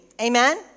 Amen